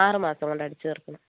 ആറ് മാസം കൊണ്ട് അടച്ച് തീർക്കണം